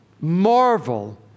marvel